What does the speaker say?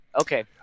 Okay